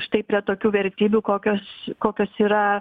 štai prie tokių vertybių kokios kokios yra